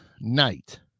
night